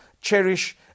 cherish